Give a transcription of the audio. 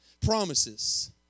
promises